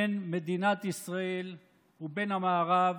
בין מדינת ישראל והמערב